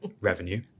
revenue